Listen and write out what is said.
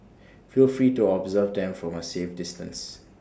feel free to observe them from A safe distance